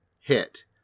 hit